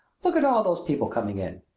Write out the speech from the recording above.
look at all those people coming in!